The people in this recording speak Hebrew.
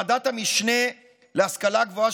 ועדת המשנה להשכלה גבוהה,